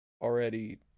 already